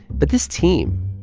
but this team,